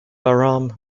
bahram